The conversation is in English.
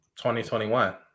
2021